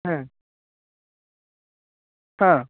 হ্যাঁ হ্যাঁ